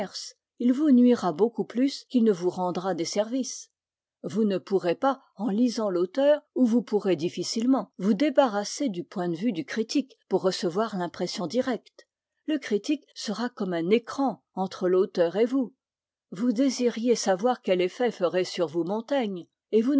il vous nuira beaucoup plus qu'il ne vous rendra des services vous ne pourrez pas en lisant l'auteur ou vous pourrez difficilement vous débarrasser du point de vue du critique pour recevoir l'impression directe le critique sera comme un écran entre l'auteur et vous vous désiriez savoir quel effet ferait sur vous montaigne et vous